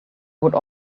would